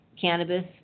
Cannabis